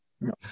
No